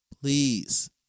please